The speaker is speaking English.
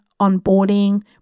onboarding